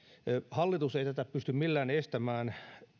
hallitus ei tätä pysty millään estämään